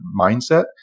mindset